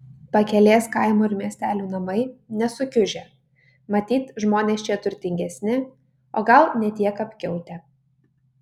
pakelės kaimų ir miestelių namai nesukiužę matyt žmonės čia turtingesni o gal ne tiek apkiautę